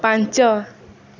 ପାଞ୍ଚ